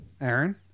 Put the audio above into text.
Aaron